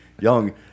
young